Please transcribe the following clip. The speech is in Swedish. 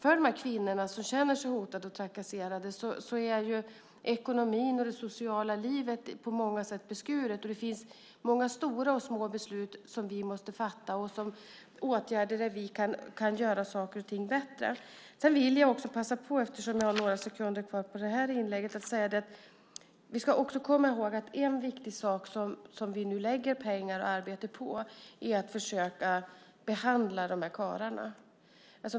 Ekonomin och det sociala livet är på många sätt beskurna för de här kvinnorna som känner sig hotade och trakasserade. Det finns många stora och små beslut som vi måste fatta för att göra saker och ting bättre. Eftersom jag har några sekunder kvar av det här inlägget vill jag också passa på att säga att en viktig sak som vi nu lägger pengar och arbete på är att försöka behandla de här karlarna.